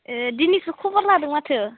ए दिनैसो खबर लादों माथो